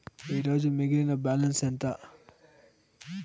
ఈరోజు మిగిలిన బ్యాలెన్స్ ఎంత?